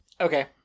okay